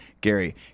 Gary